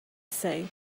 said